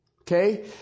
Okay